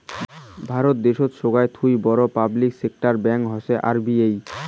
ভারত দ্যাশোতের সোগায় থুই বড় পাবলিক সেক্টর ব্যাঙ্ক হসে আর.বি.এই